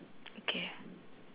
okay